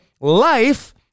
Life